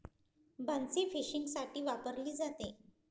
बन्सी फिशिंगसाठी वापरली जाते